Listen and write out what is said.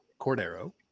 Cordero